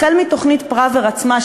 החל בתוכנית פראוור עצמה,